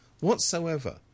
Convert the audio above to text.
whatsoever